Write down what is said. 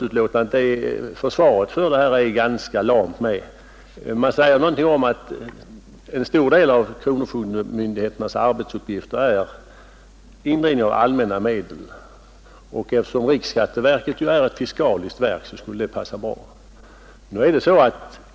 Jag menar att försvaret för det ställningstagandet i utskottsbetänkandet är ganska lamt. Det anförs att en stor del av kronofogdemyndigheternas arbetsuppgifter är indrivning av allmänna medel, och eftersom riksskatteverket är ett fiskaliskt verk skulle det passa bra för ändamålet.